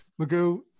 Magoo